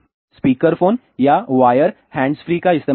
speaker phone या wire hands free का इस्तेमाल करें